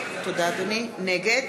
נגד